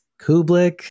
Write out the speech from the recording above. Kublik